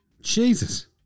Jesus